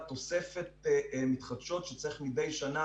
תוספת של אנרגיות מתחדשות שצריך מדי שנה,